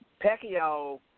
Pacquiao